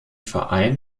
verein